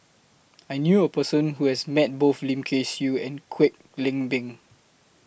I knew A Person Who has Met Both Lim Kay Siu and Kwek Leng Beng